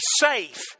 safe